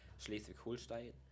Schleswig-Holstein